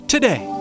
Today